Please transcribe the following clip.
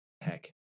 Heck